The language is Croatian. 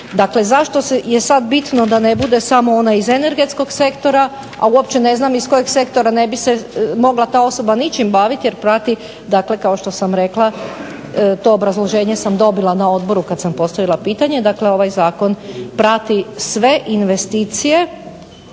Dakle, zašto je sad bitno da ne bude samo onaj iz energetskog sektora, a uopće ne znam iz kojeg sektora ne bi se mogla ta osoba ničim baviti jer prati kao što sam rekla to obrazloženje sam dobila na odboru kad sam postavila pitanje. Dakle, ovaj zakon prati sve investicije